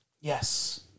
Yes